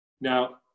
now